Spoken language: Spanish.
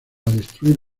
destruir